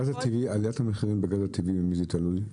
עליית המחירים בגז הטבעי, במי זה תלוי?